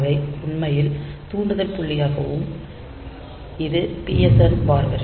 அவை உண்மையில் தூண்டுதல் புள்ளியாகவும் இது PSEN பார் வரி